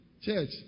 church